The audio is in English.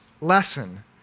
lesson